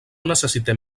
necessitem